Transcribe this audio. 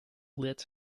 lit